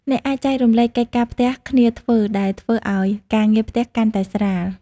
អ្នកអាច ចែករំលែកកិច្ចការផ្ទះគ្នាធ្វើ ដែលធ្វើឲ្យការងារផ្ទះកាន់តែស្រាល។